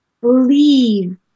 Believe